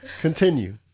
Continue